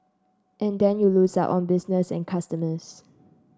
and then you lose out on business and customers